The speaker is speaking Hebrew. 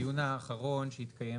בדיון האחרון שהתקיים